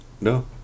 No